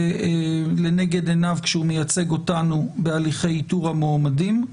לנגד עיניו כשהוא מייצג אותנו בהליכי איתור המועמדים.